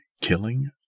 killing